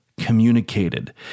communicated